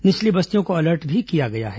निचली बस्तियों को अलर्ट भी किया गया है